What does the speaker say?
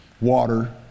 water